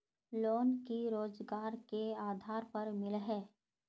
Loan की रोजगार के आधार पर मिले है?